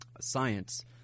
science